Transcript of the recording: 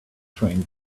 train